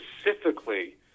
specifically